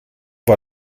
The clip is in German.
war